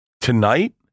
tonight